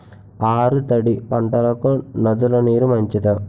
ఆరు తడి పంటలకు నదుల నీరు మంచిదా?